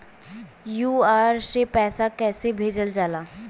QR से पैसा कैसे भेजल जाला?